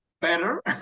better